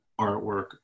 artwork